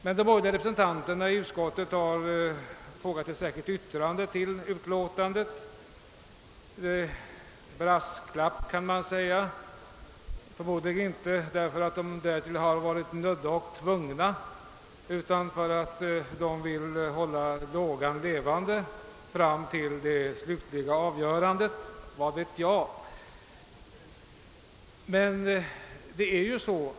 De borgerliga representanterna i utskottet har emellertid fogat ett särskilt yttrande till utlåtandet, en brasklapp — förmodligen inte därför att de därtill varit nödda och tvungna utan för att de vill hålla lågan levande fram till det slutliga avgörandet. Men vad vet jag?